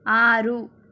ఆరు